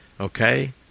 okay